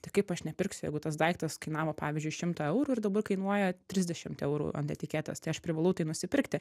tai kaip aš nepirksiu jeigu tas daiktas kainavo pavyzdžiui šimtą eurų ir dabar kainuoja trisdešimt eurų ant etiketės tai aš privalau tai nusipirkti